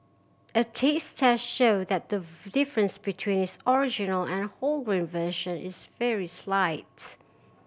a taste test showed that the difference between its original and wholegrain version is very slight